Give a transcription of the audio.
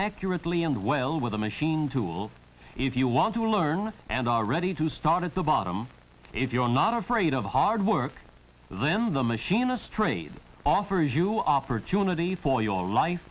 accurately and well with a machine tool if you want to learn and are ready to start at the bottom if you are not afraid of hard work then the machinist trade offers you opportunity for your life